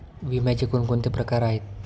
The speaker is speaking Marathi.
विम्याचे कोणकोणते प्रकार आहेत?